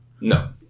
no